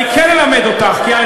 אל תלמד אותי מה,